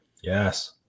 Yes